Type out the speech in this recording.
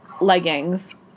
leggings